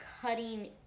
cutting